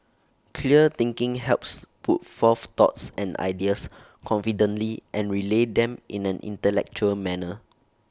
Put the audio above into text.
clear thinking helps put forth thoughts and ideas confidently and relay them in an intellectual manner